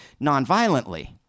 nonviolently